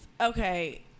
okay